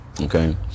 okay